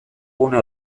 gune